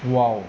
!wow!